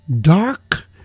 dark